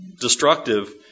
destructive